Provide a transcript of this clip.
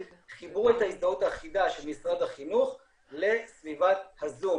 חיברו את ההזדהות האחידה של משרד החינוך לסביבת הזום.